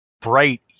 bright